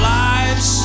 lives